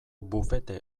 bufete